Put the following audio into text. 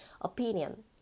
Opinion